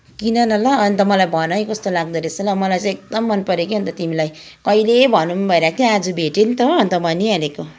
किन न ल अन्त मलाई भन है कस्तो लाग्दोरहेछ ल मलाई चाहिँ एकदम मनपऱ्यो कि अन्त तिमीलाई कहिले भनौँ भइरहेको थियो आज भेटेँ नि त हो अन्त भनिहालेको